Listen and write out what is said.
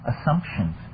assumptions